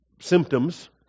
symptoms